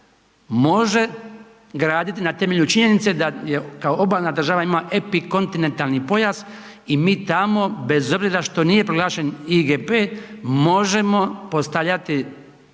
može graditi na temelju činjenice da kao obalna država ima epikontinentalni pojas i mi tamo bez obzira što nije proglašen IGP možemo postavljati